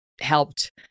helped